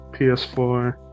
PS4